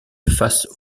face